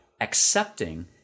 accepting